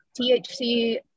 THC